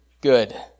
good